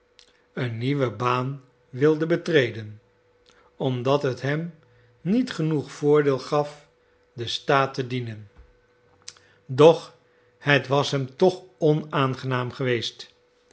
een nieuwe baan wilde betreden omdat het hem niet genoeg voordeel gaf den staat te dienen doch het was hem toch onaangenaam geweest